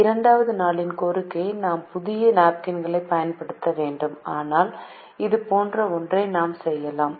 இரண்டாவது நாளின் கோரிக்கையை நாம் புதிய நாப்கின்களைப் பயன்படுத்த வேண்டும் ஆனால் இதுபோன்ற ஒன்றை நாம் செய்யலாம்